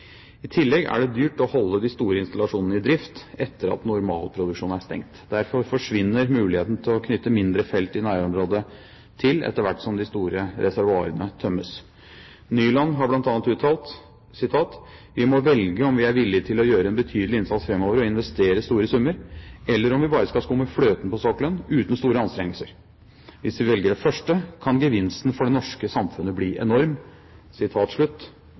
I tillegg er det dyrt å holde de store installasjonene i drift etter at normalproduksjonen er stengt. Derfor forsvinner muligheten til å knytte mindre felt i nærområdet til etter hvert som de store reservoarene tømmes. Nyland har bl.a. uttalt: «Vi må velge om vi er villige til å gjøre en betydelig innsats framover og investere store summer, eller om vi bare skal skumme fløten på sokkelen – uten store anstrengelser. Hvis vi velger det første kan gevinsten for det norske samfunnet bli enorm.»